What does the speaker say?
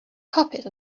puppet